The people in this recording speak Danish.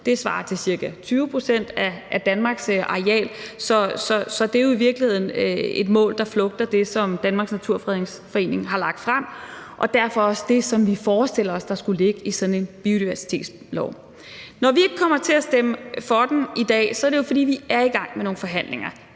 Det svarer til ca. 20 pct. af Danmarks areal, så det er jo i virkeligheden et mål, der flugter med det, som Danmarks Naturfredningsforening har lagt frem. Og derfor er det også det, som vi forestiller os skulle ligge i sådan en biodiversitetslov. Når vi ikke kommer til at stemme for den i dag, er det jo, fordi vi er i gang med nogle forhandlinger.